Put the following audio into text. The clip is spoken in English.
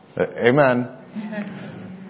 Amen